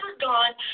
gone